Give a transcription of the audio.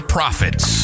Profits